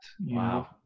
Wow